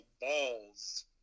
balls